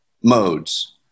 modes